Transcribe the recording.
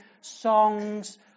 songs